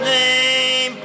name